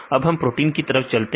अब हम प्रोटीन की तरफ चलते हैं